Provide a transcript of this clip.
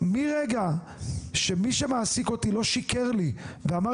מרגע שמי שמעסיק אותי לא שיקר לי ואמר